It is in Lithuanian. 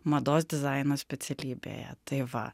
mados dizaino specialybėje tai va